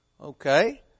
Okay